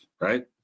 right